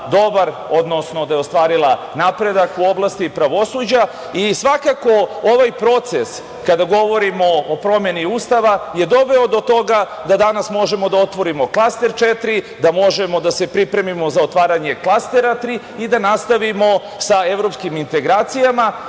odnosno da je ostvarila napredak u oblasti pravosuđa i svakako, ovaj proces kada govorimo o promeni Ustava je doveo do toga da danas možemo da otvorimo Klaster 4, da možemo da se pripremimo za otvaranje Klastera 3 i da nastavimo sa evropskim integracijama,